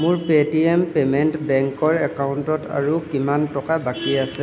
মোৰ Paytm payment বেংকৰ একাউণ্টত আৰু কিমান টকা বাকী আছে